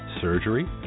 surgery